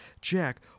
Jack